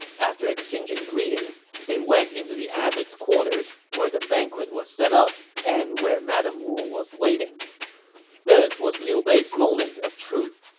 after exchanging greetings, they went into the abbot's quarters, where the banquet was set up and where madame wu was waiting this was liu bei's moment of truth.